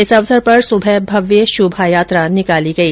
इस अवसर पर सुबह भव्य शोभा यात्रा निकाली गई